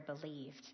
believed